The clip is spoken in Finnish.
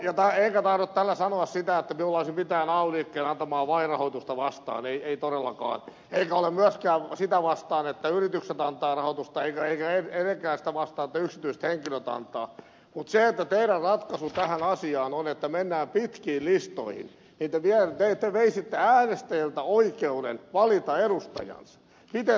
enkä tahdo tällä sanoa sitä että minulla olisi mitään ay liikkeen antamaa vaalirahoitusta vastaan ei todellakaan eikä ole myöskään sitä vastaan että yritykset antavat rahoitusta eikä etenkään sitä vastaan että yksityiset henkilöt antavat mutta sillä että teidän ratkaisunne tähän asiaan on että mennään pitkiin listoihin te veisitte äänestäjiltä oikeuden valita edustajansa